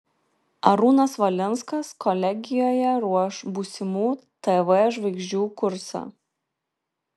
arūnas valinskas kolegijoje ruoš būsimų tv žvaigždžių kursą